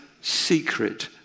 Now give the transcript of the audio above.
secret